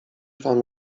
wam